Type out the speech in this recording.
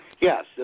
Yes